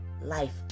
life